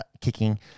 kicking